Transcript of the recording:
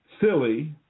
silly